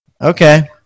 Okay